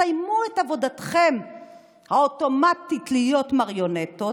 כשתסיימו את עבודתכם האוטומטית להיות מריונטות,